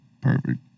Perfect